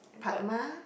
padma